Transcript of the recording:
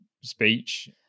speech